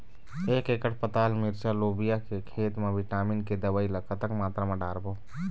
एक एकड़ पताल मिरचा लोबिया के खेत मा विटामिन के दवई ला कतक मात्रा म डारबो?